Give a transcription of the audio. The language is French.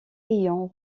ayant